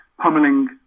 pummeling